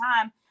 time